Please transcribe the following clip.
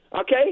Okay